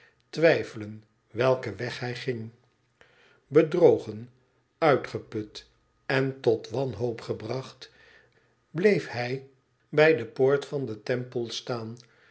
twijfelen welken weg zij gin bedrogen uitgeput en tot wanhoop gebracht bleef hij hij de poort van den temple staan